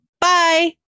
Bye